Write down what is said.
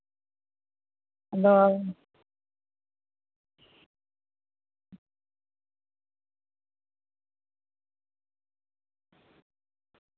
ᱟᱫᱚ